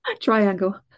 triangle